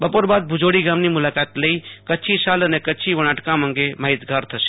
બપોર બાદ ભુજોડી ગામની મુલાકાત લઇ કચ્છી સાલ અને કચ્છી વણાટકામ અંગે માહિતગાર થશે